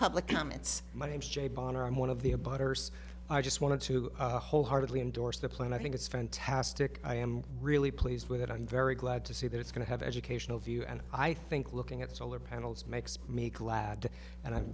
public comments my name's jay banner on one of the a butters i just wanted to wholeheartedly endorse the plan i think it's fantastic i am really pleased with it i'm very glad to see that it's going to have educational view and i think looking at solar panels makes me glad and i'm